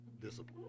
discipline